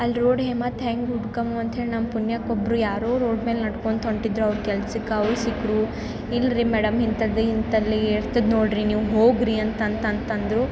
ಅಲ್ಲಿ ರೋಡೇ ಮತ್ತು ಹೆಂಗೆ ಹುಡ್ಕಮ ಅಂತೇಳಿ ನಮ್ಮ ಪುಣ್ಯಕ್ಕೆ ಒಬ್ರು ಯಾರೋ ರೋಡ್ ಮೇಲೆ ನಡ್ಕೊಂತ ಹೊಂಟಿದ್ರು ಅವ್ರು ಕೆಲ್ಸಕ್ಕೆ ಅವ್ರು ಸಿಕ್ಕರು ಇಲ್ಲ ರೀ ಮೇಡಮ್ ಇಂಥದ್ ಇಂತಲ್ಲಿ ಇರ್ತದೆ ನೋಡ್ರಿ ನೀವು ಹೋಗ್ರಿ ಅಂತಂತಂತಂದರು